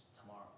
tomorrow